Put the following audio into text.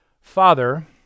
Father